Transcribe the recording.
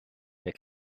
der